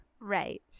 right